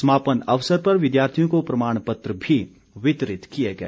समापन अवसर पर विद्यार्थियों को प्रमाण पत्र भी वितरित किए गए